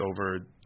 over